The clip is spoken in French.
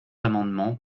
amendements